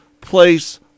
place